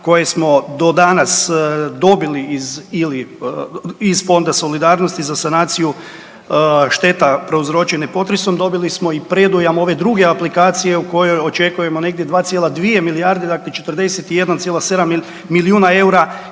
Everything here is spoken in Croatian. koje smo do danas dobili iz Fonda solidarnosti za sanaciju šteta prouzročene potresom dobili smo i predujam ove druge aplikacije u kojoj očekujemo negdje 2,2 milijarde, dakle 41,7 milijuna eura